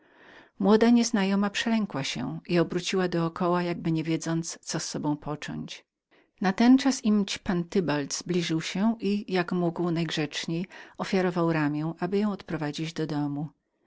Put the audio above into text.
młoda nieznajoma przelękła się i obróciła do koła jakby niewiedząc co z sobą począć natenczas tybald zbliżył się i jak mógł najgrzeczniej ofiarował ramię aby ją odprowadzić do domu